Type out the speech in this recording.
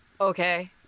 okay